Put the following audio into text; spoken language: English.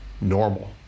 normal